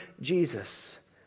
Jesus